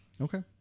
Okay